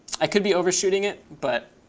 i could be overshooting it, but